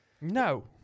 no